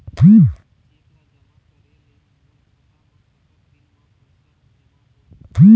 Cheque ला जमा करे ले मोर खाता मा कतक दिन मा पैसा जमा होही?